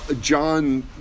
John